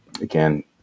again